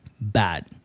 Bad